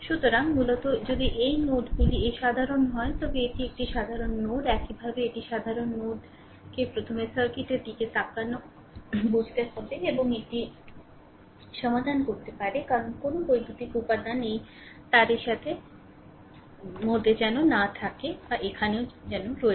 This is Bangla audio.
সুতরাং মূলত যদি এই নোডগুলি এই সাধারণ হয় তবে এটি একটি সাধারণ নোড একইভাবে এটি সাধারণ নোডকে প্রথমে সার্কিটের দিকে তাকানো বুঝতে হবে এবং এটি সমাধান করতে পারে কারণ কোনও বৈদ্যুতিক উপাদান এই তারের সাথে বেন্ট থাকে না এবং এখানেও রয়েছে